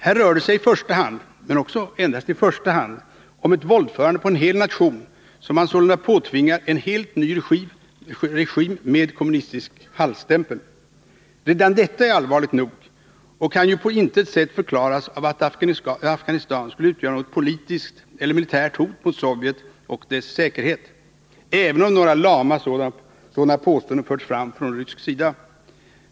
Här rör det sig i första hand — men också endast i första hand — om ett våldförande på en hel nation, som man sålunda påtvingar en helt ny regim med kommunistisk hallstämpel. Redan detta är allvarligt nog och kan ju på intet sett förklaras av att Afghanistan skulle utgöra något politiskt eller militärt hot mot Sovjet och dess säkerhet, även om några lama sådana påståenden förts fram från rysk sida.